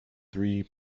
three